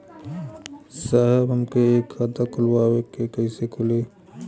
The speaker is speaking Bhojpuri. साहब हमके एक खाता खोलवावे के ह कईसे खुली?